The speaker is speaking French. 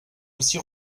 aussi